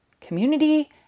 community